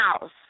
house